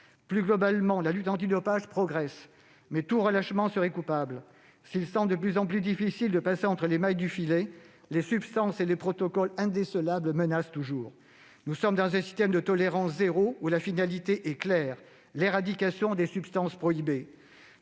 Plus globalement, la lutte antidopage progresse, mais tout relâchement serait coupable. S'il semble de plus en plus difficile de passer entre les mailles du filet, les substances et les protocoles indécelables menacent toujours. Nous sommes dans un système de tolérance zéro où la finalité est claire : l'éradication des substances prohibées.